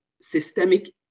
systemic